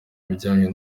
bijyanye